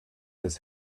his